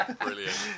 brilliant